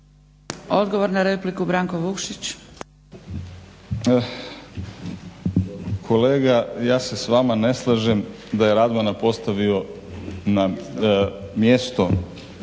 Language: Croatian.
laburisti - Stranka rada)** Kolega ja se s vama ne slažem da je Radmana postavio na mjesto